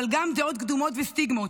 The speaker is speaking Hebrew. אבל גם דעות קדומות וסטיגמות.